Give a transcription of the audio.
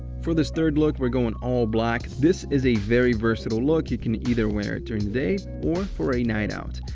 for this third look, we're going all black. this is a very versatile look, you can either wear it during the day or for a night out.